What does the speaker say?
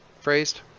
phrased